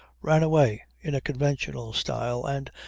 ran away in conventional style and,